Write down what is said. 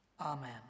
Amen